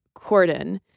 Corden